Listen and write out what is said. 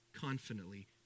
confidently